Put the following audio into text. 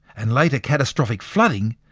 and later catastrophic flooding,